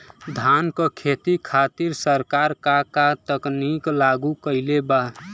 धान क खेती खातिर सरकार का का तकनीक लागू कईले बा?